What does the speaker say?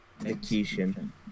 execution